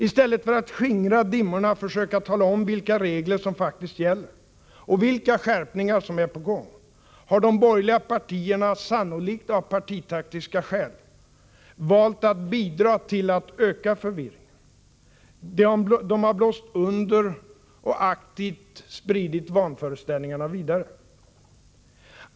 I stället för att skingra dimmorna och försöka tala om vilka regler som faktist gäller — och vilka skärpningar som är på gång — har de borgerliga partierna, sannolikt av partipolitiska skäl, valt att bidra till att öka förvirringen. De har blåst under och aktivt spridit vanföreställningarna vidare.